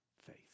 faith